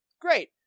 Great